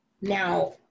now